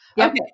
Okay